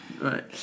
right